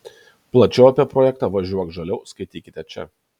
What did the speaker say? plačiau apie projektą važiuok žaliau skaitykite čia